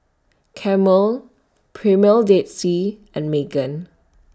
Camel Premier Dead Sea and Megan